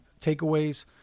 takeaways